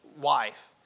wife